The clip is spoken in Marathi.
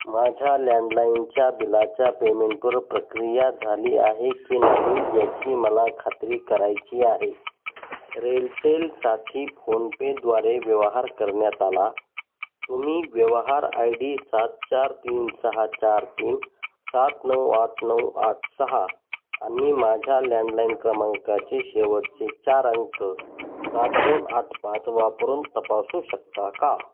माझ्या लँडलाईनच्या बिलाच्या पेमेंटवर प्रक्रिया झाली आहे की नाही याची मला खात्री करायची आहे रेलटेलसाठी फोनपेद्वारे व्यवहार करण्यात आला तुम्ही व्यवहार आय डी सात चार तीन सहा चार तीन सात नऊ आठ नऊ आठ सहा आणि माझ्या लँडलाईन क्रमांकाचे शेवटचे चार अंक सात दोन आठ पाच वापरून तपासू शकता का